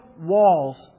walls